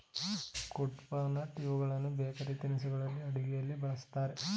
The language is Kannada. ಕುಡ್ಪನಟ್ ಇವುಗಳನ್ನು ಬೇಕರಿ ತಿನಿಸುಗಳಲ್ಲಿ, ಅಡುಗೆಯಲ್ಲಿ ಬಳ್ಸತ್ತರೆ